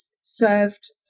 served